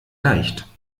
leicht